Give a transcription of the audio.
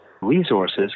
resources